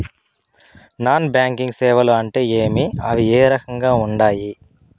non banking సేవలు అంటే ఏమి అవి ఏ రకంగా ఉండాయి